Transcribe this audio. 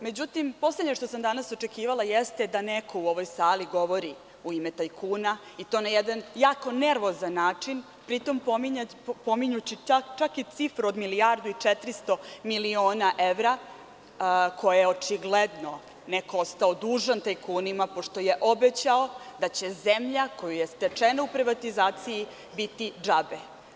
Međutim, poslednje što sam danas očekivala jeste da neko u ovoj sali govori u ime tajkuna i to na jedan jako nervozan način, pri tome pominjući čak i cifru od milijardu i 400 miliona evra, koju je očigledno neko ostao dužan tajkunima, pošto je obećao da će zemlja koja je stečena u privatizaciji biti džabe.